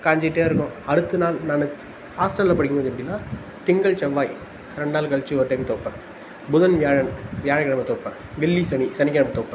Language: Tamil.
காய்ஞ்சிட்டே இருக்கும் அடுத்த நாள் நான் ஹாஸ்டலில் படிக்கும்போது எப்படினா திங்கள் செவ்வாய் ரெண்டு நாள் கழிச்சி ஒரு டைம் துவப்பேன் புதன் வியாழன் வியாழக் கெழமை தோய்ப்பேன் வெள்ளி சனி சனிக் கெழமை துவப்பேன்